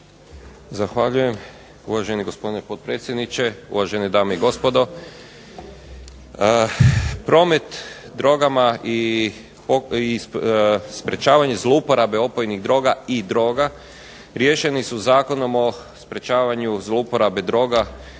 Zahvaljujem, uvaženi gospodine potpredsjedniče. Uvažene dame i gospodo. Promet drogama i sprečavanje zlouporabe opojnih droga i droga riješeni su Zakonom o sprečavanju zlouporabe droga